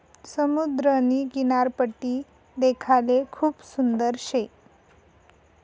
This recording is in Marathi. समुद्रनी किनारपट्टी देखाले खूप सुंदर शे